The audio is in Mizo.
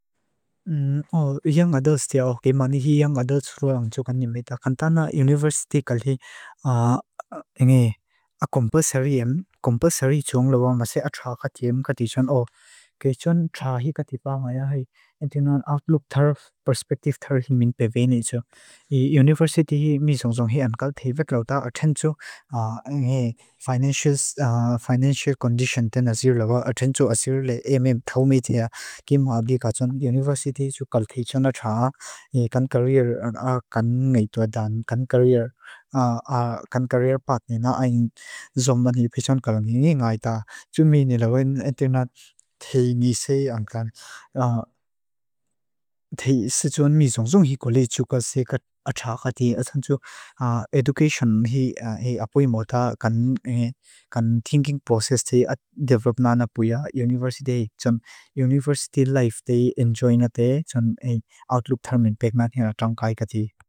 O, young adults tia. O, kei maani hi young adults luang tsuka nimeta. Kanta na university kalti inge a compulsary em. Compulsary tiong lawa masi a traa kati em kati tion. O, kei tion traa hi kati paa maia hi, entunan outlook thar, perspective thar hin min peveni tsio. University mi tiong tiong hi ankal thei vek lawda atentu ngi financial condition ten azir lawa, atentu azir le emem tau mi tia. Kei maa di ka tion university tsukal kei tion la traa, ngi kan career, kan ngay tua dan, kan career, kan career pat ni na ayin zomban hi pe tion kalang ngi ngai ta. Tion mi ni lawa entunan thei ngisei ang kan, thei se tion mi tiong tsung hi college tsuka se ka traa kati atentu hi apui mawta, kan thinking process develop na na puya university dey. Tion university life dey enjoy na dey, tion outlook thar min pek maa hinga traang kai kati.